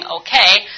okay